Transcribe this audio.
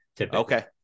Okay